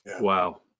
Wow